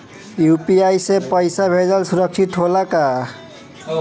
UPI से पैसा भेजल सुरक्षित होला का?